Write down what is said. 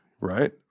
right